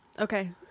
Okay